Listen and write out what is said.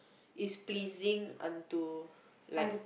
is pleasing until like